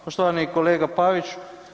Poštovani kolega Pavić.